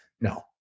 No